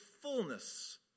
fullness